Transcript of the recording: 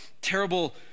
terrible